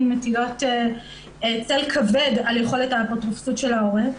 מטילות צל כבד על יכולת האפוטרופסות של ההורה.